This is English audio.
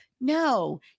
No